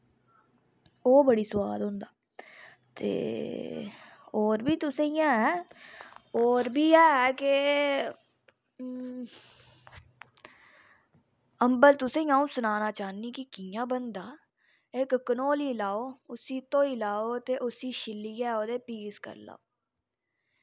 ओह् बड़ी सोआद होंदा ते और बी तुसें गी ऐ और बी ऐ के अम्बल तुसेंगी अ'ऊं सनाना चाह्नीं कि कियां बनदा इक कंडौली लाओ उस्सी धोई लाओ ते उस्सी छिल्लियै ओह्दे पीस करी लाओ